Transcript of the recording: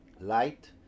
light